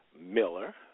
Miller